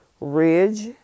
Ridge